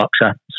boxer